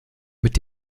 mit